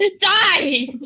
die